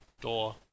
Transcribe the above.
door